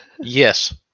Yes